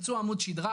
פצוע עמוד שדרה,